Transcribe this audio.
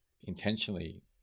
intentionally